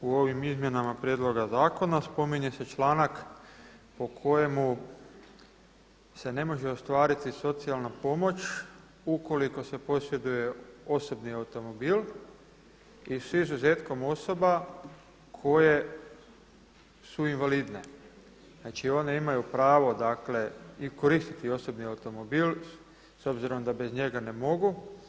U ovim izmjenama prijedloga zakona spominje se članak po kojemu se ne može ostvariti socijalna pomoć ukoliko se posjeduje osobni automobil s izuzetkom osoba koje su invalidne, znači one imaju pravo dakle i koristiti osobni automobil s obzirom da bez njega ne mogu.